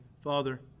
Father